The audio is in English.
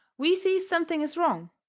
we sees something is wrong,